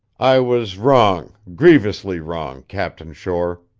i was wrong, grievously wrong, captain shore,